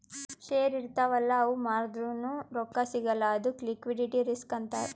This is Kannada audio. ಶೇರ್ ಇರ್ತಾವ್ ಅಲ್ಲ ಅವು ಮಾರ್ದುರ್ನು ರೊಕ್ಕಾ ಸಿಗಲ್ಲ ಅದ್ದುಕ್ ಲಿಕ್ವಿಡಿಟಿ ರಿಸ್ಕ್ ಅಂತಾರ್